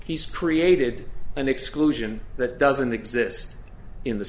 he's created an exclusion that doesn't exist in the